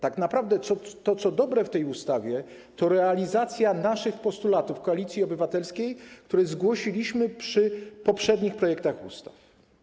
Tak naprawdę to, co dobre w tej ustawie, to realizacja naszych postulatów - Koalicji Obywatelskiej, które zgłosiliśmy przy poprzednich projektach ustaw.